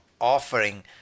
offering